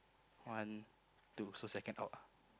one two so second out